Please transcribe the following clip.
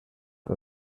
her